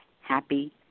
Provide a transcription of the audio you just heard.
happy